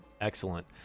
Excellent